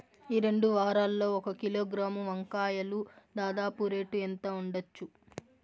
ఈ రెండు వారాల్లో ఒక కిలోగ్రాము వంకాయలు దాదాపు రేటు ఎంత ఉండచ్చు?